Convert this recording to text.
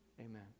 amen